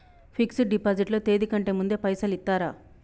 Fix డ్ deposit లో తేది కంటే ముందే పైసలు ఇత్తరా?